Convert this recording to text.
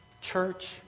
Church